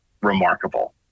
remarkable